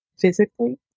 physically